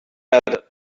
better